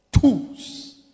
tools